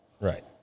right